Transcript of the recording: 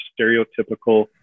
stereotypical